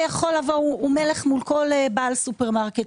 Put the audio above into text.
הוא מלך מול כל בעל סופר מרקט,